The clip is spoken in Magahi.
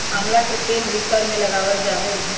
आमला के तेल भी सर में लगावल जा हई